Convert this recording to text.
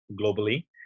globally